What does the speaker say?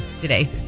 today